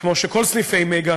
כמו כל סניפי "מגה",